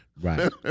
Right